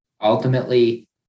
ultimately